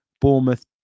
Bournemouth